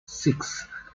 six